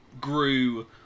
grew